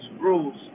rules